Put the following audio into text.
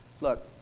Look